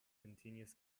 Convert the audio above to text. continuous